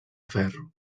ferro